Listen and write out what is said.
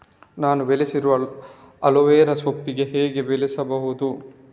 ನಾನು ಬೆಳೆಸಿರುವ ಅಲೋವೆರಾ ಸೋಂಪಾಗಿ ಹೇಗೆ ಬೆಳೆಸಬಹುದು?